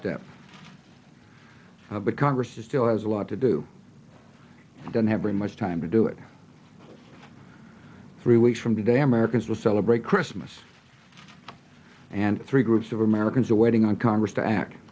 the congress is still has a lot to do i don't have very much time to do it three weeks from today americans will celebrate christmas and three groups of americans are waiting on congress to act